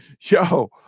Yo